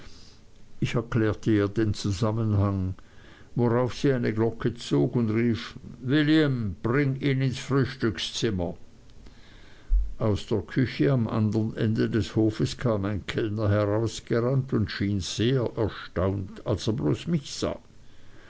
ich erklärte ihr den zusammenhang worauf sie eine glocke zog und rief william bring ihn ins frühstückszimmer aus der küche am andern ende des hofes kam ein kellner herausgerannt und schien sehr erstaunt als er bloß mich sah